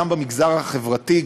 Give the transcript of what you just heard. גם במגזר החברתי,